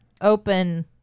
open